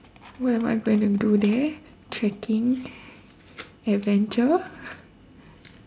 what am I going to do there trekking adventure